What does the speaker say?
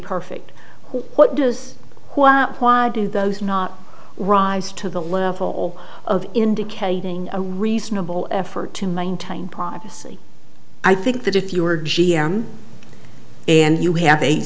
perfect what does why do those not rise to the level of indicating a reasonable effort to maintain privacy i think that if you were g m and you have a